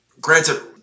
granted